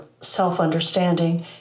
self-understanding